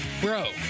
Bro